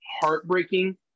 heartbreaking